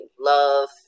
love